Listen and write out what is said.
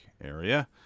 area